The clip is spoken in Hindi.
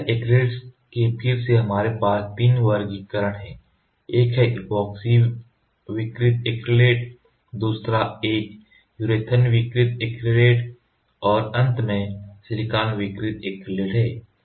तो यहाँ एक्रिलेट के फिर से हमारे पास 3 वर्गीकरण हैं एक है ऐपोक्सी विकृत एक्रिलेट दूसरा एक है यूरेथन विकृत एक्रिलेट और अंत में एक सिलिकॉन विकृत एक्रिलेट है